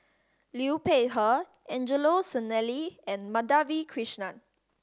Liu Peihe Angelo Sanelli and Madhavi Krishnan